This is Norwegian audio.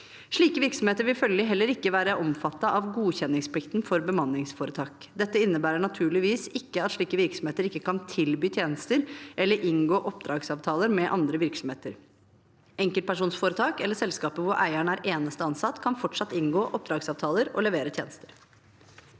Slike virksomheter vil følgelig heller ikke være omfattet av godkjenningsplikten for bemanningsforetak. Det innebærer naturligvis ikke at slike virksomheter ikke kan tilby tjenester eller inngå oppdragsavtaler med andre virksomheter. Enkeltpersonforetak eller selskap hvor eieren er den eneste ansatte, kan fortsatt inngå oppdragsavtaler og levere tjenester.